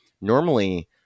normally